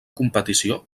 competició